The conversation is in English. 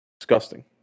disgusting